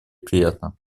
приятно